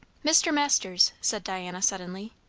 mr. masters, said diana suddenly,